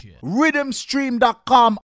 Rhythmstream.com